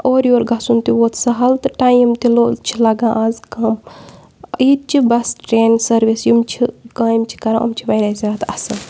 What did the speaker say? اورٕ یورٕ گژھُن تہِ ووت سَہَل تہٕ ٹایم تہِ لوٚ چھِ لَگان آز کَم ییٚتہِ چھِ بَس ٹرٛین سٔروِس یِم چھِ کامہِ چھِ کَران یِم چھِ واریاہ زیادٕ اَصٕل